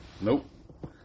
Nope